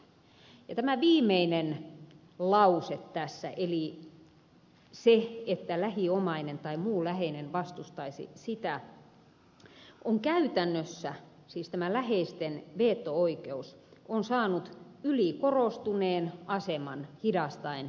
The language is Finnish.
tämä viimeinen lause tässä eli se että lähiomainen tai muu läheinen vastustaisi sitä siis tämä läheisten veto oikeus on käytännössä saanut ylikorostuneen aseman hidastaen elinsiirtotoimintaa